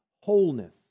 wholeness